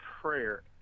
prayer